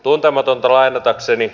tuntematonta lainatakseni